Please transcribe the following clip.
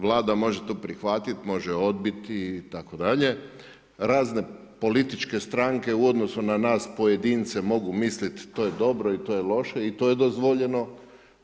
Vlada može to prihvatit, može odbit itd. razne političke stranke u odnosu na nas pojedince mogu mislit to je dobro i to je loše, i to je dozvoljeno.